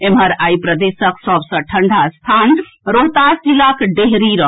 एम्हर आई प्रदेशक सभ सँ ठंढा स्थान रोहतास जिलाक डेहरी रहल